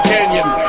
Canyon